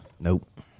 Nope